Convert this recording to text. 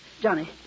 Johnny